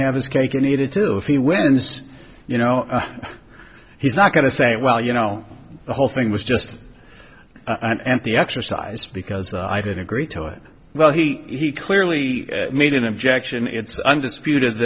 have his cake and eat it too if he wins you know he's not going to say well you know the whole thing was just an empty exercise because i did agree to it well he clearly made an objection it's undisputed